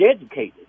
educated